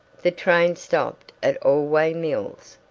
the train stopped at allway mills,